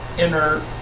inner